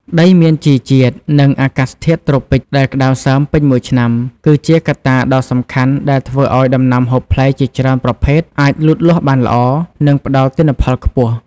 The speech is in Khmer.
ដីមានជីជាតិ និងអាកាសធាតុត្រូពិចដែលក្តៅសើមពេញមួយឆ្នាំ គឺជាកត្តាដ៏សំខាន់ដែលធ្វើឱ្យដំណាំហូបផ្លែជាច្រើនប្រភេទអាចលូតលាស់បានល្អ និងផ្តល់ទិន្នផលខ្ពស់។